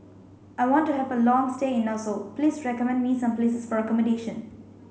I want to have a long stay in Nassau please recommend me some places for accommodation